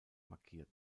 markiert